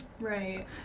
Right